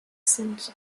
sind